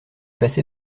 passé